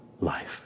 life